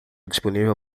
disponível